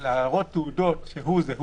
להראות תעודות שהוא זה הוא,